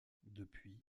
depuis